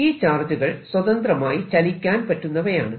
ഈ ചാർജുകൾ സ്വതന്ത്രമായി ചലിക്കാൻ പറ്റുന്നവയാണ്